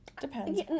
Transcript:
Depends